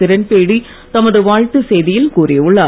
கிரண்பேடி தமது வாழ்த்து செய்தியில் கூறியுள்ளார்